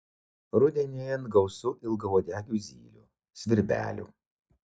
rudenėjant gausu ilgauodegių zylių svirbelių